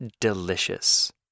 delicious